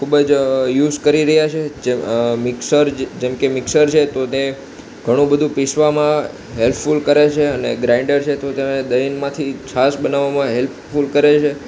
ખૂબ જ યુસ કરી રહ્યા છે મિક્સર જેમકે મિક્સર છે તો તે ઘણું બધું પીસવામાં હેલ્પફૂલ કરે છે અને ગ્રાઈન્ડર છે તો તેને દહીંમાંથી છાશ બનાવવામાં હેલ્પફૂલ કરે છે